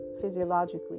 physiologically